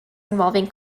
involving